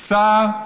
שר,